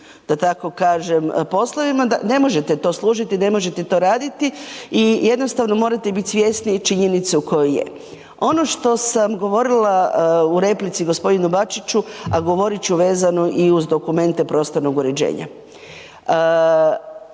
bavimo čistim poslovima, ne možete to služiti i ne možete to raditi i jednostavno morate biti svjesni i činjenice u kojoj je. Ono što sam govorila u replici g. Bačiću, a govorit ću vezano i uz dokumente prostornog uređenja.